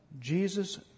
Jesus